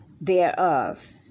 thereof